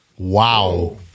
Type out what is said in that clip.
Wow